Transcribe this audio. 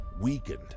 weakened